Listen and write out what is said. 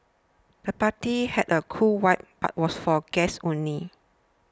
the party had a cool vibe but was for guests only